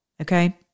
Okay